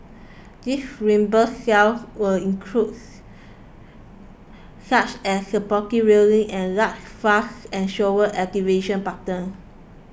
these reimburse cells will includes such as supporting railings and large flush and shower activation buttons